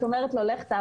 את אומרת לו לך תעבוד,